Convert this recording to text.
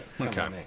okay